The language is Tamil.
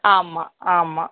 ஆமாம் ஆமாம்